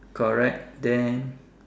correct then